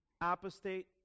apostate